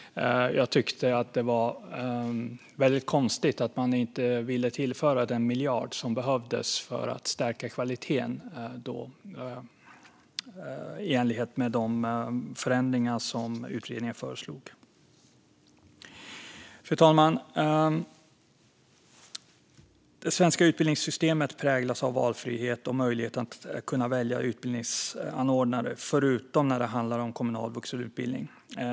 Jag tycker att det var väldigt konstigt att man inte ville tillföra den miljard som behövdes för att stärka kvaliteten i enlighet med de förändringar som utredningen föreslog. Fru talman! Det svenska utbildningssystemet präglas av valfrihet och möjlighet att välja utbildningsanordnare - förutom när det handlar om kommunal vuxenutbildning.